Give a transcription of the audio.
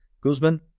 Guzman